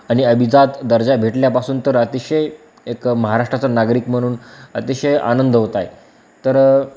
आणि अभिजात दर्जा भेटल्यापासून तर अतिशय एक महाराष्ट्राचं नागरिक म्हणून अतिशय आनंद होत आहे तर